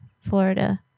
Florida